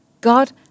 God